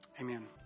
Amen